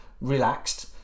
relaxed